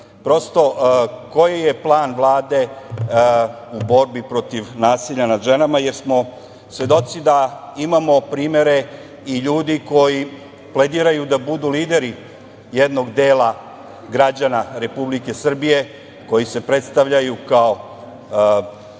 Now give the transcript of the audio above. Prosto, koji je plan Vlade u borbi protiv nasilja nad ženama? Svedoci smo da imamo primere i ljudi koji plediraju da budu lideri jednog dela građana Republike Srbije, koji se predstavljaju kao vođe